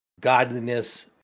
godliness